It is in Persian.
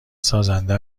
سازنده